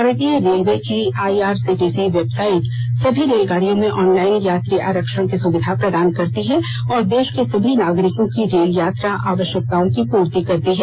भारतीय रेलवे की I R C T C website सभी रेलगाड़ियों में ऑनलाइन यात्री आरक्षण की सुविधा प्रदान करती है और देश के सभी नागरिकों की रेल यात्रा आवश्यकताओं की पूर्ति करती है